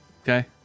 Okay